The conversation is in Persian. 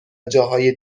جاهای